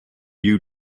you